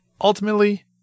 ultimately